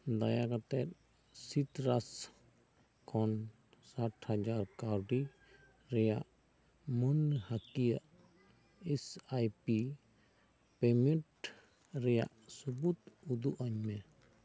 ᱫᱟᱭᱟ ᱠᱟᱛᱮᱜ ᱥᱤᱛᱨᱟᱥ ᱠᱷᱚᱱ ᱥᱟᱴ ᱦᱟᱡᱟᱨ ᱠᱟᱣᱰᱤ ᱨᱮᱭᱟᱜ ᱢᱟᱹᱱᱦᱟᱹᱠᱤᱭᱟᱹ ᱮᱥᱟᱭᱯᱤ ᱯᱮᱢᱮᱱᱴ ᱨᱮᱭᱟᱜ ᱥᱟᱹᱵᱩᱽᱫ ᱩᱫᱩᱜ ᱟᱹᱧ ᱢᱮ